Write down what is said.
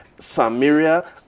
Samaria